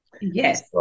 yes